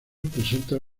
presenta